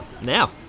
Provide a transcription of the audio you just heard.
Now